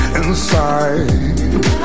inside